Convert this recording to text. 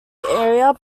area